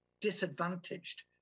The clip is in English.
disadvantaged